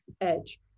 edge